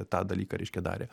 tą dalyką reiškia darė